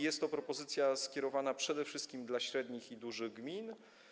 Jest to propozycja skierowana przede wszystkim do średnich i dużych gmin.